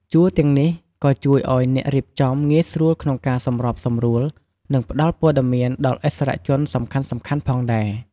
ជួរទាំងនេះក៏ជួយឲ្យអ្នករៀបចំងាយស្រួលក្នុងការសម្របសម្រួល និងផ្តល់ព័ត៌មានដល់ឥស្សរជនសំខាន់ៗផងដែរ។